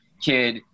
kid